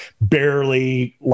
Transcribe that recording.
barely